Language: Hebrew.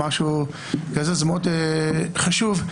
זה מאוד חשוב.